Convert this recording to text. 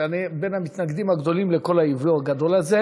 שאני בין המתנגדים הגדולים לכל הייבוא הגדול הזה,